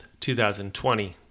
2020